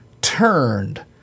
turned